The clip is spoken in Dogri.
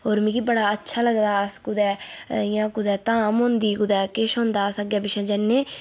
होर मिगी बड़ा अच्छा लगदा अस कुदै इ'यां कुदै धाम होंदी कुदै किश होंदा अस अग्गें पिच्छें जन्ने